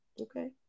okay